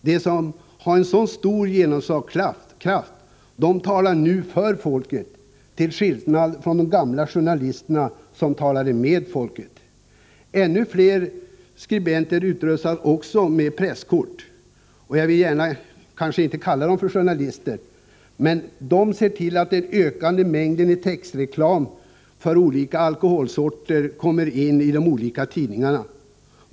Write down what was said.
De, som har en mycket stor genomslagskraft, talar nu för folket till skillnad från de gamla journalisterna, som talade med folket. Allt fler skribenter — jag vill inte gärna kalla dem journalister — utrustas med presskort. De ser till att en ökande mängd textreklam för skilda alkoholsorter kommer in i olika tidningar.